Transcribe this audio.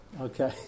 Okay